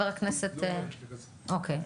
אוקי.